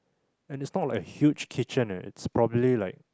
and it's not like a huge kitchen ah it's probably like